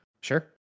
Sure